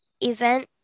event